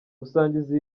gusangiza